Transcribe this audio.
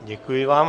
Děkuji vám.